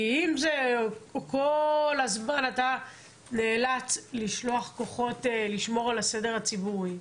כי אם כל הזמן אתה נאלץ לשלוח כוחות לשמור על הסדר הציבורי,